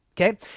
okay